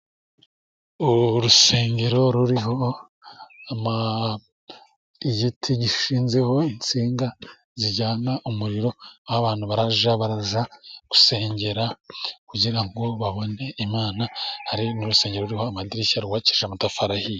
Urusengero ruriho igiti gishinzeho insinga, zijyana umuriro aho abantu barajya barajya gusengera, kugira ngo babone imana, ari n'urusengero, ruriho amadirishya rwubakishijwe, amatafari ahiye.